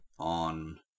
On